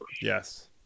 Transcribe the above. Yes